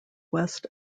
west